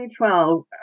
2012